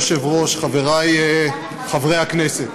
אדוני היושב-ראש, חברי חברי הכנסת,